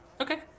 okay